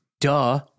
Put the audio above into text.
duh